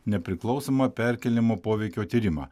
nepriklausomą perkėlimo poveikio tyrimą